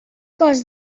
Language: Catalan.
cost